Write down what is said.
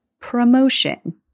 promotion